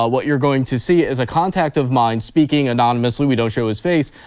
ah what you're going to see is a contact of mine speaking anonymously, we don't show his face,